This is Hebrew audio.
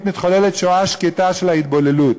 מתחוללת שואה שקטה של ההתבוללות.